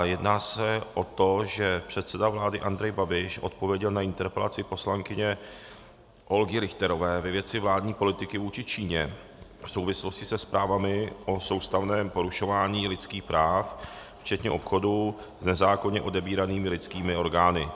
Jedná se o to, že předseda vlády Andrej Babiš odpověděl na interpelaci poslankyně Olgy Richterové ve věci vládní politiky vůči Číně v souvislosti se zprávami o soustavném porušování lidských práv včetně obchodu s nezákonně odebíranými lidskými orgány.